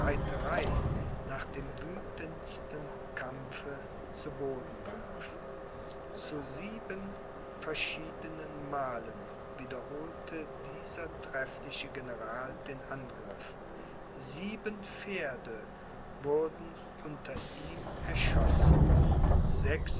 nach dem wüthendsten kampfe zu boden warf zu sieben verschiedenen malen wiederholte dieser treffliche general den angriff sieben pferde wurden unter ihm erschossen und sechs